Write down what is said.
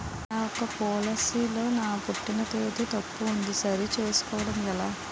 నా యెక్క పోలసీ లో నా పుట్టిన తేదీ తప్పు ఉంది సరి చేసుకోవడం ఎలా?